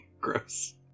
Gross